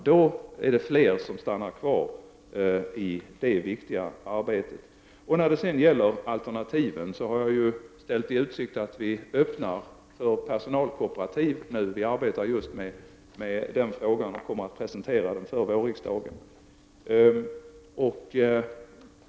Då är det fler som stannar kvar i det viktiga arbetet. När det gäller andra alternativ har jag ställt i utsikt att vi öppnar för personalkooperativ. Regeringen arbetar just nu med den frågan, och vi kommer att presentera ett förslag för vårriksdagen.